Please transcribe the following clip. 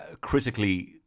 Critically